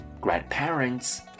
Grandparents